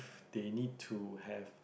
they need to have